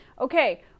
Okay